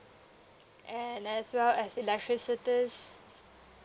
and as well as electricities